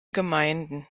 gemeinden